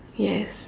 yes